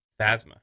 Phasma